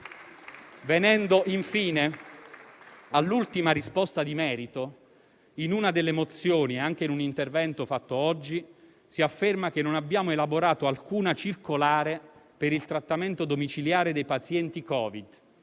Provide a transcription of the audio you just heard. Vengo infine all'ultima risposta di merito. In una delle mozioni e anche in un intervento svolto oggi si afferma che non abbiamo elaborato alcuna circolare per il trattamento domiciliare dei pazienti Covid.